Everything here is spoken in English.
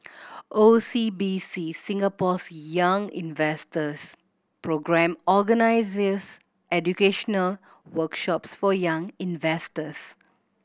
O C B C Singapore's Young Investors Programme organizes educational workshops for young investors